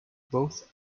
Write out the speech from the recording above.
both